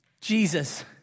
Jesus